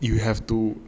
you have to